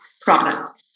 product